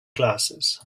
glasses